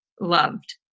loved